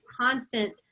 constant